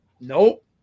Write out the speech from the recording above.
nope